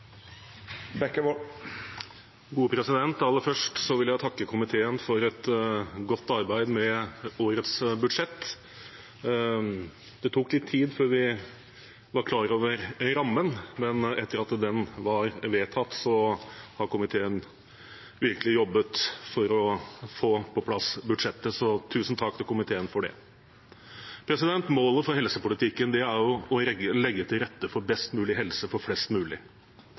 Aller først vil jeg takke komiteen for et godt arbeid med årets budsjett. Det tok litt tid før vi var klar over rammen, men etter at den ble vedtatt, har komiteen virkelig jobbet for å få på plass budsjettet, så tusen takk til komiteen for det. Målet for helsepolitikken er å legge til rette for best mulig helse for flest mulig.